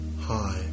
Hi